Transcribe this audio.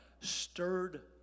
stirred